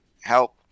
help